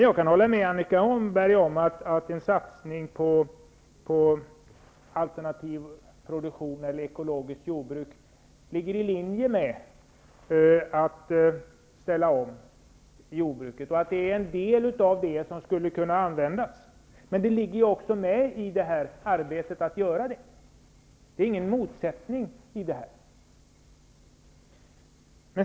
Jag kan hålla med Annika Åhnberg om att en satsning på alternativ produktion eller ekologiskt jordbruk ligger i linje med att ställa om jordbruket och att det är en del av det som skulle kunna användas. Men det finns redan med i det här arbetet att man skall göra det. Det är ingen motsättning i detta.